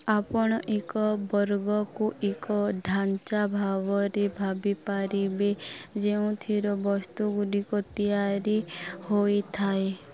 ଆପଣ ଏକ ବର୍ଗକୁ ଏକ ଢାଞ୍ଚା ଭାବରେ ଭାବିପାରିବେ ଯେଉଁଥିରୁ ବସ୍ତୁଗୁଡ଼ିକ ତିଆରି ହେଇଥାଏ